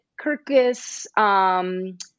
Kirkus